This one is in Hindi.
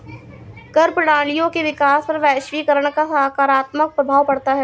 कर प्रणालियों के विकास पर वैश्वीकरण का सकारात्मक प्रभाव पढ़ता है